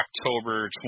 October